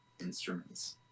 instruments